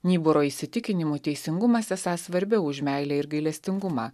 nybūro įsitikinimu teisingumas esąs svarbiau už meilę ir gailestingumą